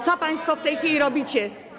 Co państwo w tej chwili robicie?